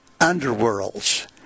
underworlds